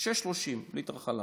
6.30 ליטר חלב.